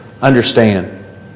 understand